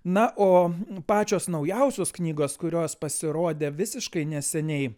na o pačios naujausios knygos kurios pasirodė visiškai neseniai